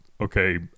Okay